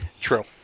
True